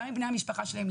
גם עם בני המשפחות שלהם,